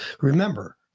remember